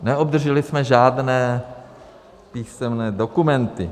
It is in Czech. Neobdrželi jsme žádné písemné dokumenty.